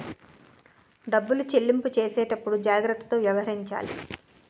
డబ్బులు చెల్లింపు చేసేటప్పుడు జాగ్రత్తతో వ్యవహరించాలి